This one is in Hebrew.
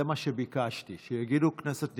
זה מה שביקשתי, שיגידו "כנסת נכבדה",